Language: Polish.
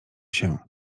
się